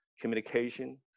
communication